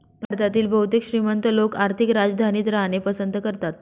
भारतातील बहुतेक श्रीमंत लोक आर्थिक राजधानीत राहणे पसंत करतात